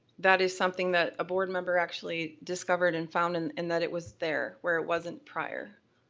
that is something that a board member actually discovered and found and and that it was there where it wasn't prior.